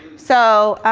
so